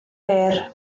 byr